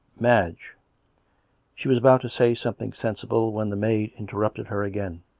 madge she was about to say something sensible when the maid interrupted her again.